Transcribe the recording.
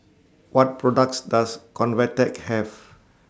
What products Does Convatec Have